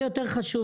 זה יותר חשוב.